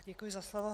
Děkuji za slovo.